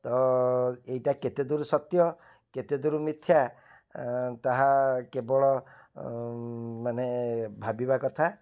ତ ଏଇଟା କେତେ ଦୂର ସତ୍ୟ କେତେ ଦୂର ମିଥ୍ୟା ତାହା କେବଳ ମାନେ ଭାବିବା କଥା